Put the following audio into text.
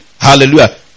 Hallelujah